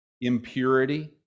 impurity